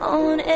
on